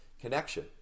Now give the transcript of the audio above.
Connection